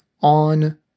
on